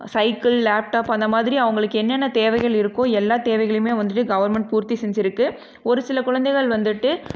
cycle laptop அந்தமாதிரி அவங்களுக்கு என்னென்ன தேவைகள் இருக்கோ எல்லாத் தேவைகளையுமே வந்துட்டு கவர்மெண்ட் பூர்த்தி செஞ்சுருக்கு ஒரு சில குழந்தைகள் வந்துட்டு